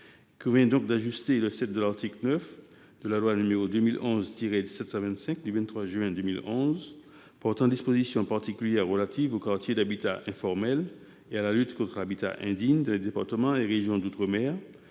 Il convient donc d’ajuster le VII de l’article 9 de la loi du 23 juin 2011 portant dispositions particulières relatives aux quartiers d’habitat informel et à la lutte contre l’habitat indigne dans les départements et régions d’outre mer,